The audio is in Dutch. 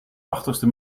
tachtigste